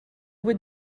would